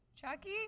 Chucky